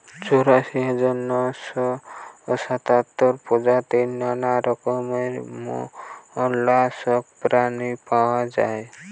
চুরাশি হাজার নয়শ সাতাত্তর প্রজাতির নানা রকমের মোল্লাসকস প্রাণী পাওয়া যায়